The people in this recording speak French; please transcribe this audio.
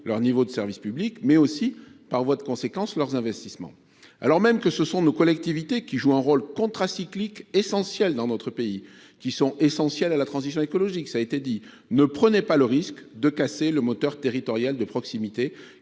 leur niveau de service public, mais aussi, par voie de conséquence, leurs investissements. Monsieur le ministre, alors que les collectivités jouent un rôle contracyclique essentiel dans notre pays et qu’elles sont essentielles à la transition écologique, ne prenez pas le risque de casser le moteur territorial de proximité,